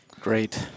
Great